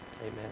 amen